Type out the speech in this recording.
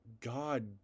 God